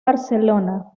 barcelona